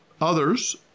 others